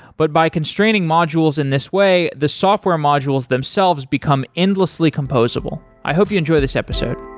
but by constraining modules in this way, the software modules themselves become endlessly composable i hope you enjoy this episode.